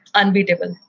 unbeatable